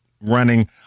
running